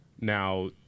Now